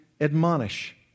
admonish